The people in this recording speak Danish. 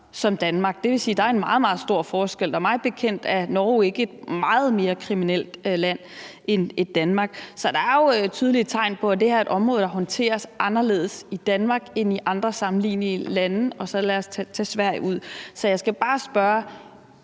som Danmark. Det vil sige, at der er en meget, meget stor forskel, og mig bekendt er Norge ikke et meget mere kriminelt land end Danmark. Så der er jo tydelige tegn på, at det her er et område, der håndteres anderledes i Danmark end i andre sammenlignelige lande, og så lad os tage Sverige ud. Så jeg skal bare spørge: